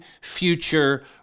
future